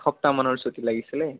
এসপ্তাহ মানৰ ছুটী লাগিছিল